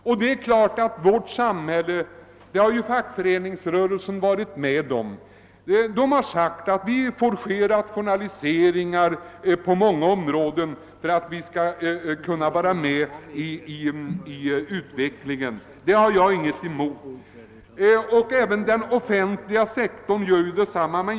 Fackföreningsrörelsen, som varit med om att bygga upp vårt samhälle, har sagt att det fordras rationaliseringar på många områden för att vårt näringsliv skall kunna följa med i utvecklingen, och jag har inget emot det resonemanget. Även på den offentliga sektorn görs det rationaliseringar.